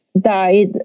died